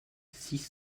six